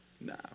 No